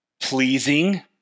pleasing